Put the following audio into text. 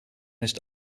nicht